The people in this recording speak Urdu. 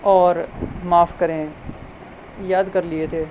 اور معاف کریں یاد کر لیے تھے